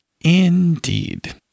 Indeed